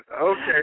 Okay